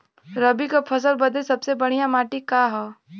रबी क फसल बदे सबसे बढ़िया माटी का ह?